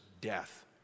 death